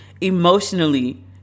emotionally